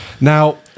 Now